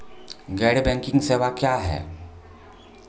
गैर बैंकिंग सेवा क्या हैं?